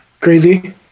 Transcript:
Crazy